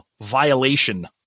violation